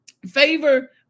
Favor